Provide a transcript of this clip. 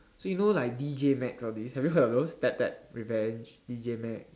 so you know like D_J-max all these have you heard of those tap tap revenge D_J-max